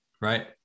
right